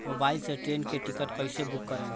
Mobile से train के ticket कैसे बूक करेम?